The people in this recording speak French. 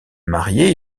marié